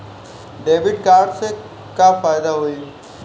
Debit card से का फायदा होई?